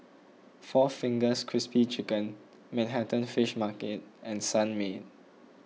four Fingers Crispy Chicken Manhattan Fish Market and Sunmaid